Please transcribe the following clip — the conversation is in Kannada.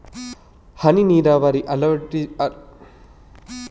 ಹನಿ ನೀರಾವರಿ ಅಳವಡಿಸುವಾಗ ತಿಳಿದಿರಬೇಕಾದ ವಿಷಯವೇನು?